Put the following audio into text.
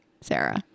Sarah